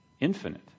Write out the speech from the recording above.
infinite